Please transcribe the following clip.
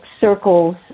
circles